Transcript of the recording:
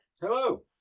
Hello